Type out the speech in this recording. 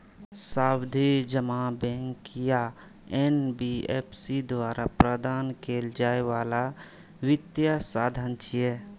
सावधि जमा बैंक या एन.बी.एफ.सी द्वारा प्रदान कैल जाइ बला वित्तीय साधन छियै